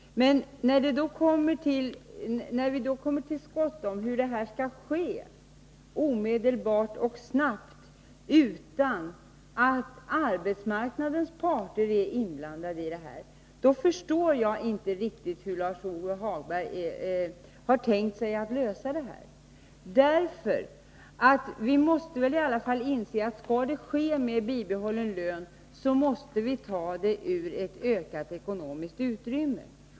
Men om vi bestämmer oss för att det skall ske omedelbart och snabbt utan att arbetsmarknadens parter är inblandade i det hela, förstår jag inte riktigt hur Lars-Ove Hagberg har tänkt att lösa problemet. Vi måste väl ändå inse, att om det skall ske med bibehållen lön, måste vi ha ett större ekonomiskt utrymme.